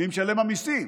ממשלם המיסים,